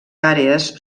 àrees